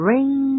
Ring